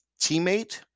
teammate